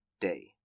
day